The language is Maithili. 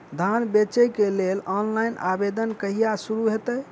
धान बेचै केँ लेल ऑनलाइन आवेदन कहिया शुरू हेतइ?